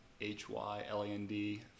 H-Y-L-A-N-D